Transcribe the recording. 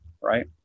right